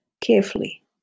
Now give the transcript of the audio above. carefully